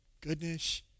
goodness